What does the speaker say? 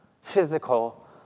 physical